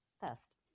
first